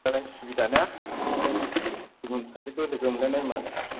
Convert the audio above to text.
बिदिबालाय सुबिदा ने गुबुन सासेखौ लोगो हमबावनाय होनबा